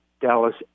Dallas